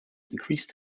increased